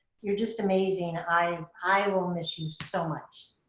you're just amazing. i i will miss you so much,